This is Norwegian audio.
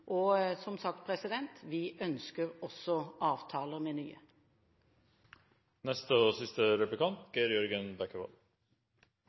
og som sagt: Vi ønsker også avtaler med nye land. Innvandringspolitikken har vært gjenstand for mye debatt også det siste